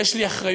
יש לי אחריות,